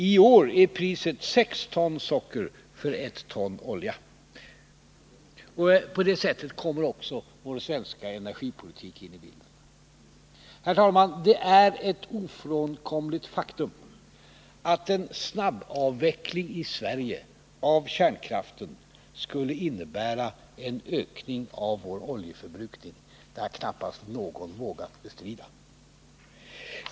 I år är priset sex ton socker för ett ton olja. På det sättet kommer också vår svenska energipolitik in i bilden. Herr talman! Det är ett ofrånkomligt faktum att en snabbavveckling i Sverige av kärnkraften skulle innebära en ökning av vår oljeförbrukning — det har knappast någon vågat bestrida.